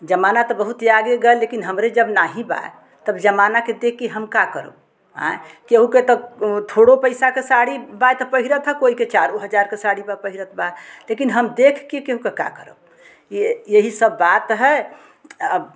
जमाना तो बहुत ही आगे गया लेकिन हमरे जब नाही बा तब जमाना के दे कर हम का करब केहु के तो थोड़ो पैसा के साड़ी बाए ता पहिरत हा कोई के चारों हजार का साड़ी बा पहिरत बा लेकिन हम देख के केहु के का करब ये यही सब बात है अब